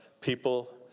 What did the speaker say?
people